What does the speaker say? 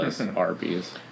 Arby's